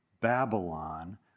Babylon